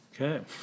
Okay